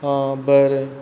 हा बरें